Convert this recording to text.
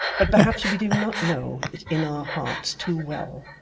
but perhaps we do not know it in our hearts too well,